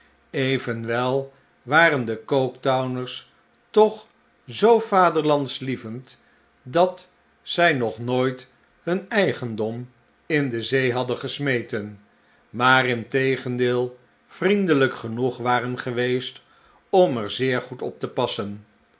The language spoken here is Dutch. evenwel waren de coketowners toch zoo vaderlandslievend dat zij nog nooit hun eigendom in de zee hadden gesmeten maar integendeel vriendelijk genoeg waren geweest om er zeer goed op te passen